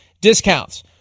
discounts